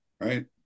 right